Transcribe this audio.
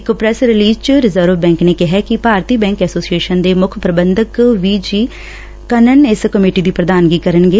ਇਕ press release ਚ reserve bank ਨੇ ਕਿਹੈ ਕਿ ਭਾਰਤੀ ਬੈਕ ਐਸੋਸੀਏਸ਼ਨ ਦੇ ਮੁੱਖ ਪੁਬੰਧਕ ਵੀ ਜੀ ਕਨਨ ਇਸ ਕਮੇਟੀ ਦੀ ਪੁਧਾਨਗੀ ਕਰਨਗੇ